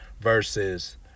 versus